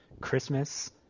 Christmas